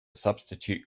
substitute